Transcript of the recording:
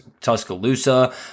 Tuscaloosa